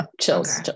Chills